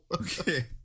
Okay